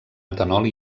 etanol